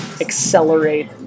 accelerate